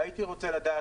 הייתי רוצה לדעת,